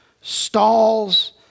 stalls